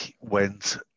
went